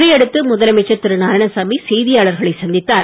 இதை அடுத்து முதலமைச்சர் திரு நாராயணசாமி செய்தியாளர்களைச் சந்தித்தார்